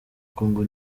kongo